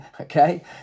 Okay